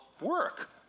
work